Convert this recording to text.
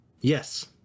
Yes